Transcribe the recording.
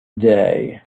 day